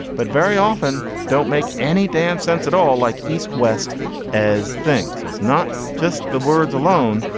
but very often don't make any damn sense at all like eastwest as things. so it's not just the words alone,